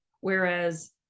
whereas